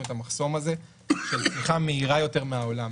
את המחסום הזה של צמיחה מהירה יותר מהעולם.